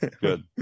good